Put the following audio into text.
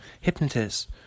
hypnotists